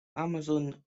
amazon